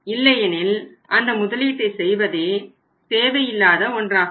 இல்லையெனில் அந்த முதலீட்டை செய்வதே தேவையில்லாத ஒன்றாகும்